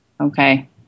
Okay